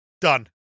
Done